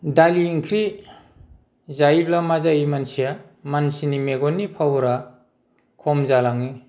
दालि ओंख्रि जायोब्ला मा जायो मानसिया मानसिनि मेगननि पावार आ खम जालाङो